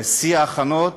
בשיא ההכנות,